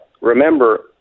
remember